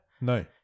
No